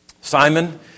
Simon